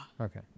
Okay